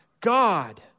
God